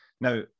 Now